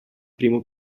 primo